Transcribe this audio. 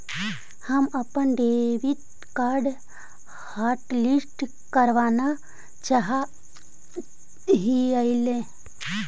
हम अपन debit card hotlist करावाना चाहा हियई